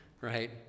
right